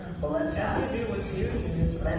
well that's that review was huge and is ready